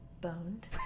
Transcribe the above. Boned